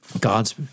God's